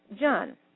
John